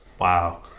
Wow